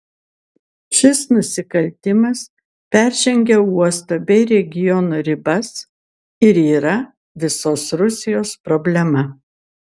šis nusikaltimas peržengia uosto bei regiono ribas ir yra visos rusijos problema